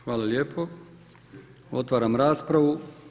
Hvala lijepo, otvaram raspravu.